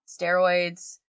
Steroids